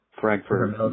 Frankfurt